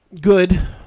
Good